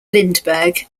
lindberg